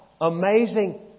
Amazing